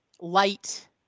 light